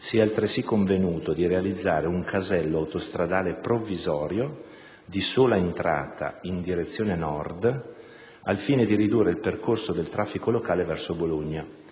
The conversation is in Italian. si è altresì convenuto di realizzare un casello autostradale provvisorio di sola entrata in direzione nord, al fine di ridurre il percorso del traffico locale verso Bologna